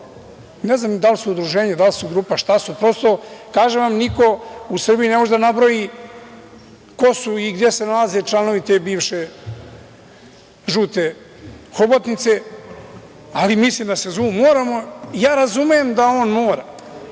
ne znam da li su udruženje da li su grupa šta su, prosto, kažem vam, niko u Srbiji ne može da nabroji ko su i gde se nalaze članovi te bivše žute hobotnice, ali mislim da se zovu moramo. Ja razumem da on mora,